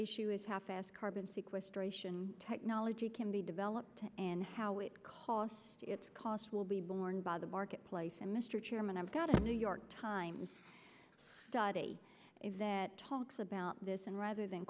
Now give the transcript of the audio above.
issue is how fast carbon sequestration technology can be developed and how it cost its costs will be borne by the marketplace and mr chairman i've got a new york times study that talks about this and rather than